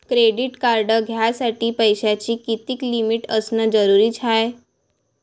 Credit card घ्यासाठी पैशाची कितीक लिमिट असनं जरुरीच हाय?